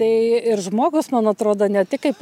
tai ir žmogus man atrodo ne tik kaip